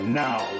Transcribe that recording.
now